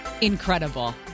Incredible